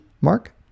Mark